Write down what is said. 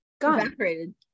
evaporated